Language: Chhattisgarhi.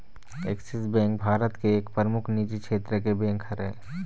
ऐक्सिस बेंक भारत के एक परमुख निजी छेत्र के बेंक हरय